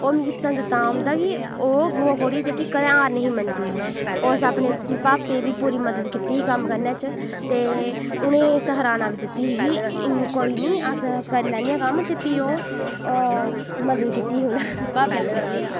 ओह् मिगी पसंद तां औंदा कि ओह् बुआ कोड़ी जेह्की कदें हार नि ही मन्नदी उस अपने पापे दी पूरी मदद कीती ही कम्म करने च ते उ'नें सरहाना बी दित्ती ही कि कोई नि अस करी लैन्ने आं कम्म फ्ही ओह् मदद कीती ही उ'नें पापे अपने गी